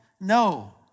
No